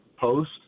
post